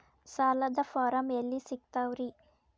ಸಾಲದ ಫಾರಂ ಎಲ್ಲಿ ಸಿಕ್ತಾವ್ರಿ?